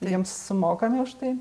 jiems sumokame už tai